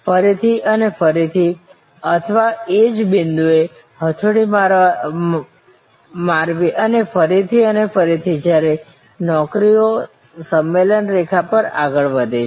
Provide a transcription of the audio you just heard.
ફરીથી અને ફરીથી અથવા એ જ બિંદુને હથોડી મારવી અને ફરીથી અને ફરીથી જ્યારે નોકરીઓ સંમેલન રેખા પર આગળ વધે છે